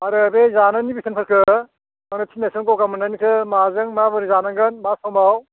आरो बै जानायनि बेसेनफोरखो गगा मोननायनिखो माजों माबोरै जानांगोन मा समाव